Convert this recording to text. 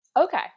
Okay